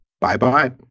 Bye-bye